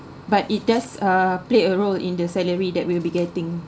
but it does uh play a role in the salary that we'll be getting